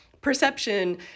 perception